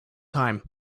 time